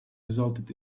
resulted